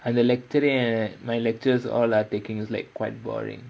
அந்த:antha lecture ah my lecturers all are taking like quite boring